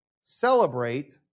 celebrate